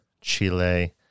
Chile